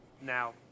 now